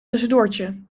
tussendoortje